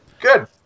Good